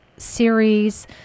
series